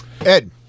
Ed